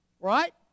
Right